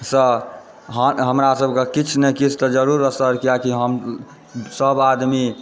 सँ हानि हमरा सबके किछु ने किछु तऽ जरूर असर किएक कि हम सब आदमी